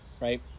right